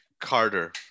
carter